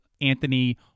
Anthony